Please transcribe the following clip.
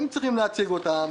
הם צריכים להציג אותם,